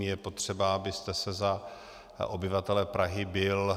Je potřeba, abyste se za obyvatele Prahy bil.